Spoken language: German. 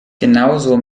genauso